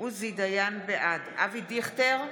בעד אבי דיכטר,